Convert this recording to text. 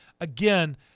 Again